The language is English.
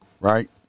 right